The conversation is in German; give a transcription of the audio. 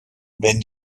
wenn